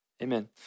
Amen